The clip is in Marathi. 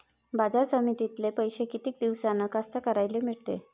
बाजार समितीतले पैशे किती दिवसानं कास्तकाराइले मिळते?